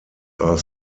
are